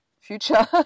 future